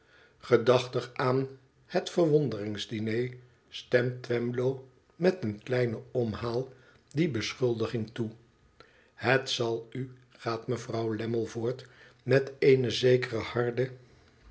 gedachtig aan het verwonderings diner stemt twemlow met een kleinen omhaal die beschuldiging toe het zal u gaat mevrouw lammie voort met eene zekere harde